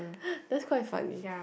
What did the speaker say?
that's quite funny